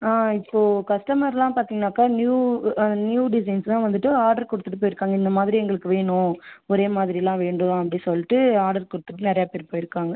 ஆ இப்போது கஸ்டமர்லாம் பார்த்திங்கனாக்கா நியூ நியூ டிஸைன்ஸுலாம் வந்துவிட்டு ஆடர் கொடுத்துட்டு போய்ருக்காங்க இந்த மாதிரி எங்களுக்கு வேணும் ஒரே மாதிரிலாம் வேண்டும் அப்டின்னு சொல்லிட்டு ஆடர் கொடுத்துட்டு நிறையா பேர் போய்ருக்காங்க